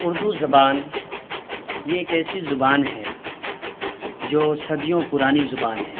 اردو زبان یہ ایک ایسی زبان ہے جو صدیوں پرانی زبان ہے